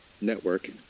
network